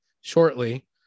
shortly